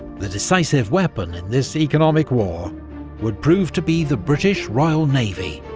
the decisive weapon in this economic war would prove to be the british royal navy,